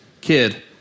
Kid